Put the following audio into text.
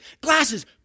Glasses